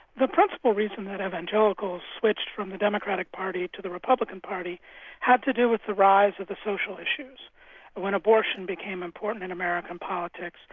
the principal reason that evangelicals switched from the democratic party to the republican party had to do with the rise of the social issues when abortion became important in american politics,